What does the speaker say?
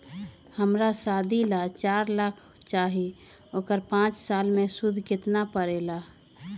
हमरा शादी ला चार लाख चाहि उकर पाँच साल मे सूद कितना परेला?